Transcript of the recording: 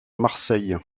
marseille